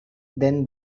then